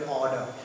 order